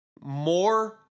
more